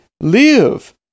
Live